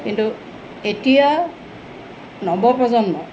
কিন্তু এতিয়া নৱপ্ৰজন্ম